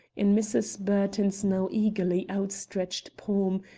in mrs. burton's now eagerly outstretched palm,